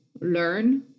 learn